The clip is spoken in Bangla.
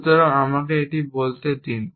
সুতরাং আমাকে এই বলতে দিন